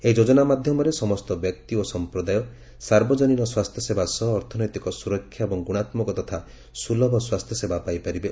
ଏହି ଯୋଜନା ମାଧ୍ୟମରେ ସମସ୍ତ ବ୍ୟକ୍ତି ଓ ସମ୍ପ୍ରଦାୟ ସାର୍ବଜନୀନ ସ୍ୱାସ୍ଥ୍ୟସେବା ସହ ଅର୍ଥନୈତିକ ସୁରକ୍ଷା ଏବଂ ଗୁଣାତ୍ମକ ତଥା ସୁଲଭ ସ୍ୱାସ୍ଥ୍ୟସେବା ପାଇପାରିବେ